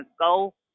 goal